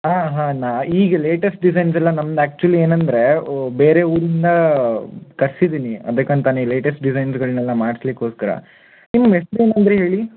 ಹಾಂ ಹಾಂ ನಾ ಈಗ ಲೇಟೆಸ್ಟ್ ಡಿಸೈನ್ಸ್ ಎಲ್ಲ ನಮ್ದ ಆ್ಯಕ್ಚುಲಿ ಏನಂದರೆ ಬೇರೆ ಊರಿಂದ ಕರ್ಸಿದ್ದೀನಿ ಅದಕ್ಕಂತಾನೆ ಲೇಟೆಸ್ಟ್ ಡಿಸೈನ್ಸ್ಗಳ್ನೆಲ್ಲ ಮಾಡಿಸ್ಲಿಕ್ಕೋಸ್ಕರ ನಿಮ್ಮ ಹೆಸ್ರ್ ಏನು ಅಂದ್ರಿ ಹೇಳಿ